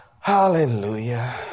Hallelujah